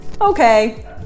Okay